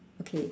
okay